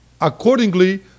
accordingly